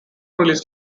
released